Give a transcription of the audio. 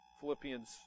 Philippians